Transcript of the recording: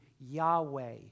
Yahweh